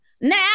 now